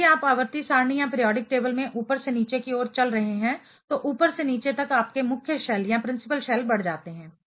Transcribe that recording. तो यदि आप आवर्ती सारणी पीरियाडिक टेबल में ऊपर से नीचे की ओर चल रहे हैं तो ऊपर से नीचे तक आपके मुख्य शेल बढ़ जाते हैं